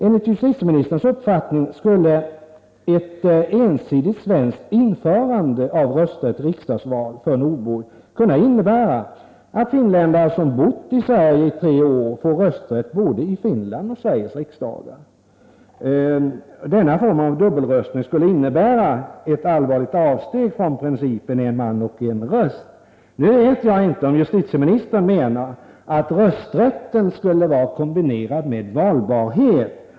Enligt justitieministerns uppfattning skulle ett ensidigt svenskt införande av rösträtt i riksdagsval för nordbor kunna innebära att finländare som bott i Sverige tre år får rösträtt vid både Finlands och Sveriges riksdagsval. Denna form av dubbelröstning skulle innebära ett allvarligt avsteg från principen en man — en röst. Nu vet jag inte om justitieministern menar att rösträtten skulle vara kombinerad med valbarhet.